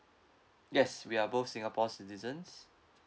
yes we are both singapore citizens